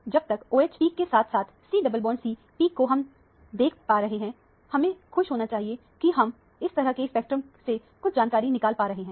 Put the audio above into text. जब तक OH peak के साथ साथ C डबल बॉन्डC पीक को हम देख पा रहे हमें खुश होना चाहिए कि हम इस तरह के स्पेक्ट्रम से कुछ जानकारी निकाल पा रहे हैं